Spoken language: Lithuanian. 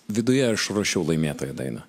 viduje aš ruošiau laimėtojo dainą